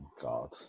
God